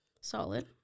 Solid